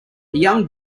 young